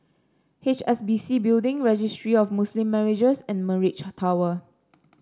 H S B C Building Registry of Muslim Marriages and Mirage Tower